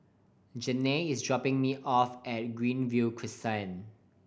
Janae is dropping me off at Greenview Crescent